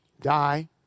die